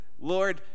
Lord